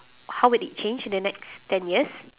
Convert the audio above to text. how would it change the next ten years